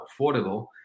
affordable